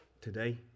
today